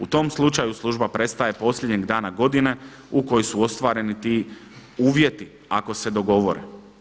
U tom slučaju služba prestaje posljednjeg dana godine u kojoj su ostvareni ti uvjeti ako se dogovore.